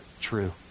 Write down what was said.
true